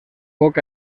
pocs